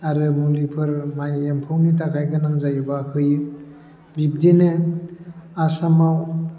आरो मुलिफोर माइ एम्फौनि थाखाय गोनां जायोबा होयो बिब्दिनो आसामाव